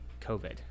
COVID